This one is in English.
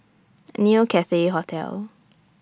New Cathay Hotel